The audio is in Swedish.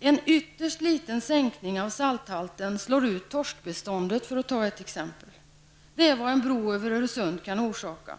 En ytterst liten sänkning av salthalten slår ut torskbeståndet, för att ta ett exempel. Det är vad en bro över Öresund kan orsaka.